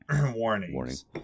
warnings